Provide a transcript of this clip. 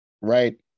right